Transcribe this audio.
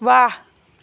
ৱাহ